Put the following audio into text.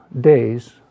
days